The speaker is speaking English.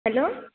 hello